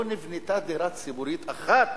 לא נבנתה דירה ציבורית אחת.